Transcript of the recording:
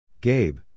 Gabe